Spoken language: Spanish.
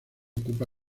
ocupa